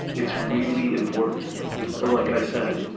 it's really important and like i said,